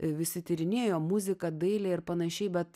visi tyrinėjo muziką dailę ir panašiai bet